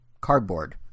cardboard